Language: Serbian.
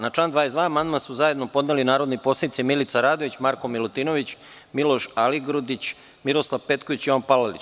Na član 22. amandman su zajedno podneli narodni poslanici Milica Radović, Marko Milutinović, Miloš Aligrudić, Miroslav Petković i Jovan Palalić.